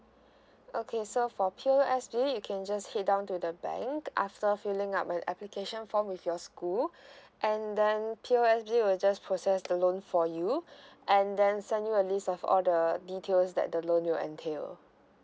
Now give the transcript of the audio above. okay so for P_O_S_B you can just head down to the bank after filling up an application form with your school and then P_O_S_B will just process the loan for you and then send you a list of all the details that the loan you entail